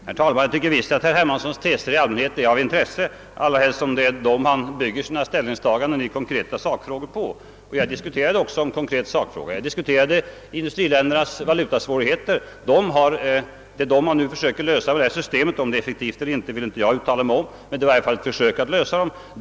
Herr talman! Jag tycker visst att herr Hermanssons teser i allmänhet är av intresse; det är ju dem han bygger sina ställningstaganden i konkreta sakfrågor på. Jag tog också upp en konkret sakfråga; jag diskuterade i-ländernas valutasvårigheter. Det är dem man nu försöker lösa med detta system — om det är effektivt eller inte vill jag inte uttala mig om, men det är i varje fall ett försök att lösa dem.